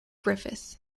griffith